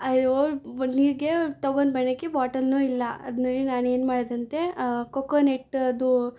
ಅಯ್ಯೋ ಒಂದು ನೀರಿಗೆ ತಗೊಂಡ್ ಬರಕ್ಕೆ ಬಾಟಲ್ನೂ ಇಲ್ಲ ಅದ್ನಲ್ಲಿ ನಾನು ಏನು ಮಾಡ್ದಂತೆ ಕೊಕೊನೆಟ್ದು